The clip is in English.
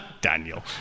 Daniel